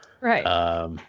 Right